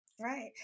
right